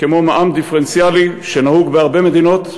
כמו מע"מ דיפרנציאלי שנהוג בהרבה מדינות.